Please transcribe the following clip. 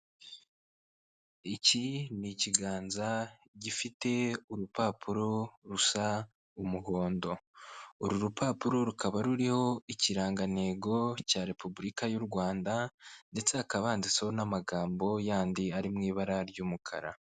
Iki ni ikiganza gifite urupapuro rusa umuhondo, uru rupapuro rukaba ruriho ikirangantego cya repubulika y'u Rwanda ndetse hakaba handitseho n'amagambo yandi ari mu ibara ry'umukara.